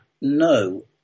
no